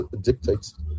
dictates